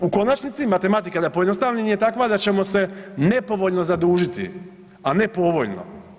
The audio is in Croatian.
U konačnici, matematika da pojednostavim je takva da ćemo se nepovoljno zadužiti, a ne povoljno.